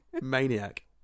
Maniac